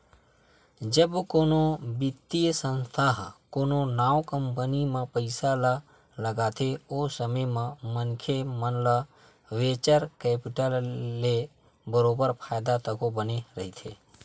जब कोनो बित्तीय संस्था ह कोनो नवा कंपनी म पइसा ल लगाथे ओ समे म मनखे मन ल वेंचर कैपिटल ले बरोबर फायदा तको बने रहिथे